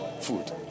food